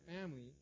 family